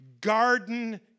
garden